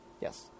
Yes